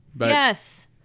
Yes